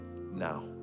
now